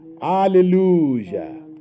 hallelujah